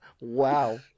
wow